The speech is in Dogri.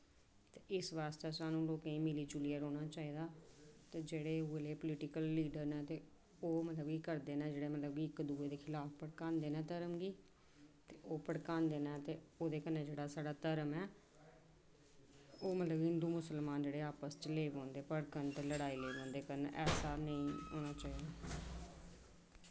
इस आस्तै स्हानू लोकें गी मिली जुलियै रौह्ना चाहि्दा ऐ ते जेह्ड़े मतलब कि पॉलिटिकल लीडर न ते ओह् करदे न जेह्ड़े मतलब कि इक्क दूए दे खलाफ भड़कांदे न धर्म गी ते ओह् भड़कांदे न ते ओह्दे कन्नै जेह्ड़ा साढ़ा धर्म ऐ ते ओह् जेह्ड़े हिंदु मुसलमान न ओह् लग्गी पौंदे भड़कन ते लड़ाई लग्गी पौंदी ते कन्नै ऐसा नेईं होना चाहिदा ऐ